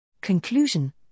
Conclusion